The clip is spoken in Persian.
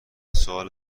سوال